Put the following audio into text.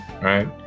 right